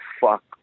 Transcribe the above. fuck